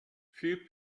few